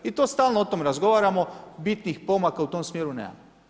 I to stalno o tom razgovaramo, bitnih pomaka u tom smjeru nema.